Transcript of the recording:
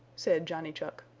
said johnny chuck,